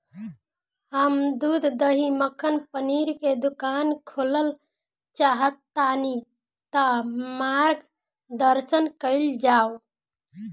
हम दूध दही मक्खन पनीर के दुकान खोलल चाहतानी ता मार्गदर्शन कइल जाव?